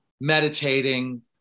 meditating